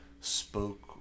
spoke